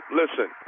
listen